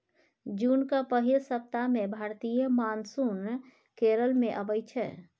जुनक पहिल सप्ताह मे भारतीय मानसून केरल मे अबै छै